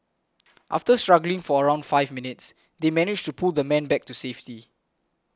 after struggling for around five minutes they managed to pull the man back to safety